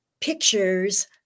pictures